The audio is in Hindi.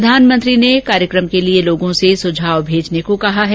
प्रधानमंत्री ने कार्यक्रम के लिए लोगों से सुझाव भेजने को कहा है